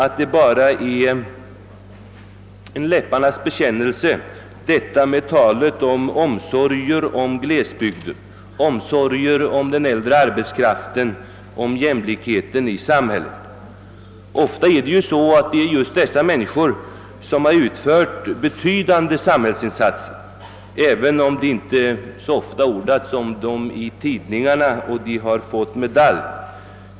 Talet om omsorger om glesbygden, om den äldre arbetskraften och om jämlikheten i samhället får inte bli bara en läpparnas bekännelse. Ofta är det just dessa människor som utfört betydande samhällsinsatser, även om det inte ordats om dem i tidningarna och även om de inte har fått medalj.